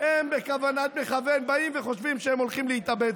הם בכוונת מכוון חושבים שהם הולכים להתאבד.